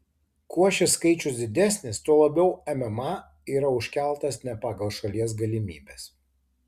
kuo šis skaičius didesnis tuo labiau mma yra užkeltas ne pagal šalies galimybes